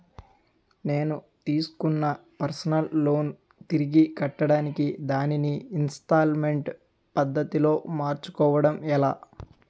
నేను తిస్కున్న personal loan తిరిగి కట్టడానికి దానిని ఇంస్తాల్మేంట్ పద్ధతి లో మార్చుకోవడం ఎలా?